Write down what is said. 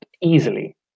easily